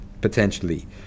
potentially